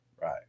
Right